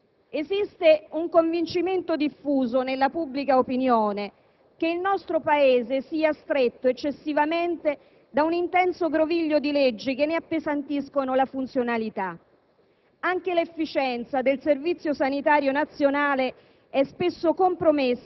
per i quali forse era preferibile usare una maggiore prudenza. Esiste il convincimento diffuso, nella pubblica opinione, che il nostro Paese sia stretto eccessivamente da un intenso groviglio di leggi che ne appesantiscono la funzionalità.